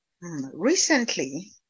Recently